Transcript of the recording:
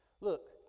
look